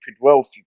wealthy